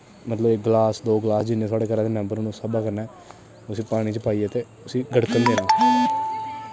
मतलब इक गलास दो गलास जिन्ने साढ़े घरै दे मैंबर न उस स्हाबै कन्नै उसी पानी च पाइयै ते उसी गड़कन देना